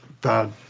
bad